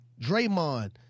Draymond